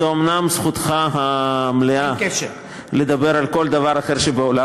זו אומנם זכותך המלאה לדבר על כל דבר אחר שבעולם.